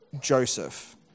Joseph